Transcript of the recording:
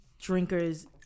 drinkers